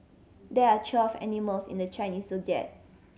there are twelve animals in the Chinese Zodiac